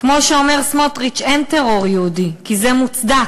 וכמו שאומר סמוטריץ, אין טרור יהודי, כי זה מוצדק.